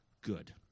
good